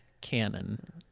canon